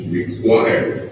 required